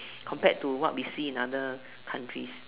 compared to what we see see in other countries